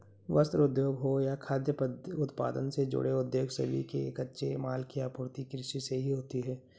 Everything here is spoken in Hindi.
वस्त्र उद्योग हो या खाद्य उत्पादन से जुड़े उद्योग सभी के लिए कच्चे माल की आपूर्ति कृषि से ही होती है